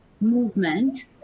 movement